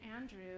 Andrew